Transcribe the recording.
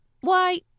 Why